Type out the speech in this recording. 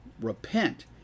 Repent